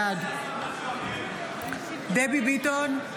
בעד דבי ביטון,